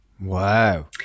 Wow